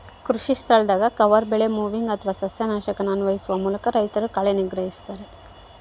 ಕೃಷಿಸ್ಥಳದಾಗ ಕವರ್ ಬೆಳೆ ಮೊವಿಂಗ್ ಅಥವಾ ಸಸ್ಯನಾಶಕನ ಅನ್ವಯಿಸುವ ಮೂಲಕ ರೈತರು ಕಳೆ ನಿಗ್ರಹಿಸ್ತರ